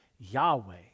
Yahweh